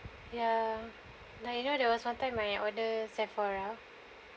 ya like you know there was one time my order Sephora